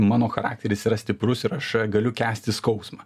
mano charakteris yra stiprus ir aš galiu kęsti skausmą